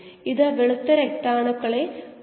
നിങ്ങൾ ഇത് മനസ്സിൽ സൂക്ഷിക്കേണ്ടതുണ്ട്